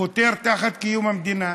חותר תחת קיום המדינה,